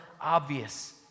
obvious